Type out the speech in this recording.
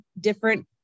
different